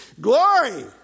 Glory